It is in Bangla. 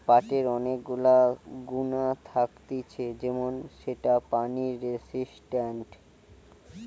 পাটের অনেক গুলা গুণা থাকতিছে যেমন সেটা পানি রেসিস্টেন্ট